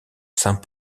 saint